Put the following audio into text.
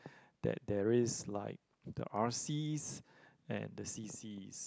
that there is like the R_Cs and the C_Cs